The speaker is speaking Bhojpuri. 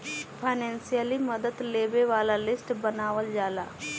फाइनेंसियल मदद लेबे वाला लिस्ट बनावल जाला